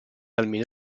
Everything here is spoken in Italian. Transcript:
almeno